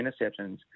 interceptions